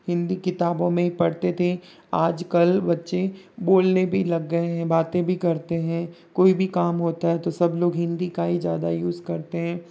हिंदी किताबों में ही पढ़ते थे आज कल बच्चे बोलने भी लग गए हैं बातें भी करते हैं कोई भी काम होता है तो सब लोग हिंदी का ही ज़्यादा यूज़ करते हैं